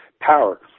power